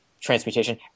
transmutation